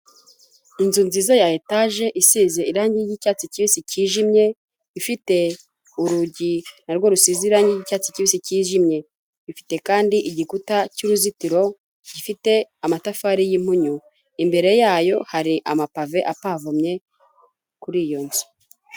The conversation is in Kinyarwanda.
Inzu nziza ya etaje isize irangi ry'icyatsi kibisi cyijimye, ifite urugi narwo rusize irange ry'icyatsi kibisi cyijimye, ifite kandi igikuta cy'uruzitiro gifite amatafari y'impunyu, imbere yayo hari amapave apavomye kuri iyo nzu.